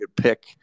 pick